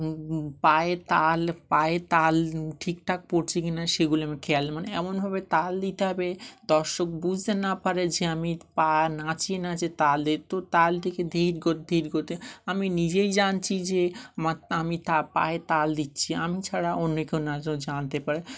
পায়ে তাল পায়ে তাল ঠিক ঠাক পড়ছে কি না সেগুলো আমি খেয়াল মানে এমনভাবে তাল দিতে হবে দর্শক বুঝতে না পারে যে আমি পা নাচিয়ে নাচে তালদের তো তালটিকে ধীর করতে ধীর করতে আমি নিজেই জানছি যে আমার আমি তা পায়ে তাল দিচ্ছি আমি ছাড়া অন্যকেও নাচও জানতে পারে